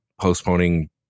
postponing